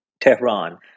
Tehran